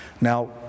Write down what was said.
Now